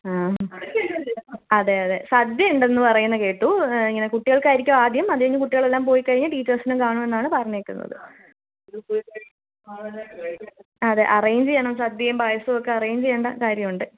ആ അതെ അതെ സദ്യ ഉണ്ടെന്ന് പറയുന്നത് കേട്ടു ഇങ്ങനെ കുട്ടികൾക്കായിരിക്കും ആദ്യം അത് കഴിഞ്ഞ് കുട്ടികളെല്ലാം പോയിക്കഴിഞ്ഞ് ടീച്ചേഴ്സിനും കാണുമെന്നാണ് പറഞ്ഞിരിക്കുന്നത് അതെ അറേഞ്ച് ചെയ്യണം സദ്യയും പായസവും ഒക്കെ അറേഞ്ച് ചെയ്യേണ്ട കാര്യം ഉണ്ട്